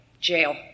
jail